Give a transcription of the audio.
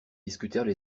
discutèrent